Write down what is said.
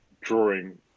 drawing